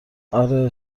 اره